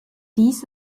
dies